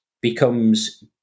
becomes